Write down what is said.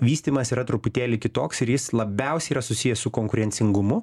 vystymas yra truputėlį kitoks ir jis labiausiai yra susijęs su konkurencingumu